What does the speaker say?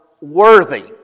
worthy